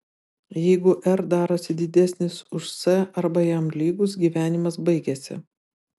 jeigu r darosi didesnis už c arba jam lygus gyvenimas baigiasi